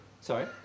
Sorry